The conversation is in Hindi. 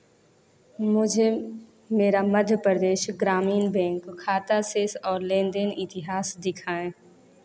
मुझे मेरा मध्यप्रदेश ग्रामीण बैंक खाता शेष और लेन देन इतिहास दिखाएँ